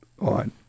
on